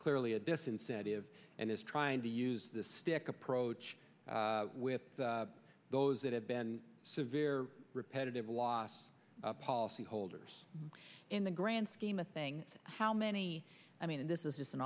clearly a disincentive and is trying to use the stick approach with those that have been severe repetitive loss policyholders in the grand scheme of things how many i mean this is just an